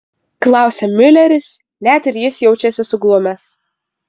klausia miuleris net ir jis jaučiasi suglumęs